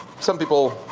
some people,